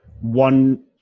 one-